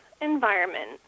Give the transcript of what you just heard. environment